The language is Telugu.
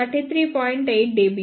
8 dBm